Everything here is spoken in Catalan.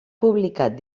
publicat